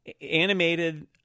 animated